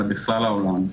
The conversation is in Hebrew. אלא בכלל העולם,